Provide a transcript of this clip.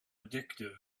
addictive